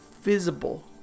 visible